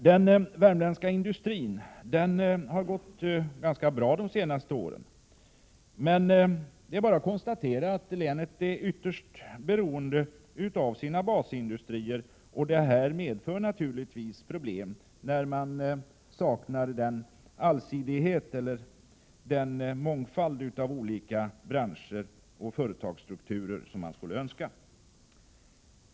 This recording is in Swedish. Den värmländska industrin har gått ganska bra de senaste åren, men det är bara att konstatera att länet är ytterst beroende av sina basindustrier, och det medför naturligtvis problem när man saknar den allsidighet, den mångfald av branscher och strukturer, som man skulle önska.